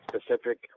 specific